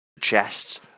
chests